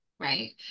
right